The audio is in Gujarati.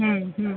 હમ હમ